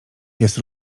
jest